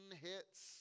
hits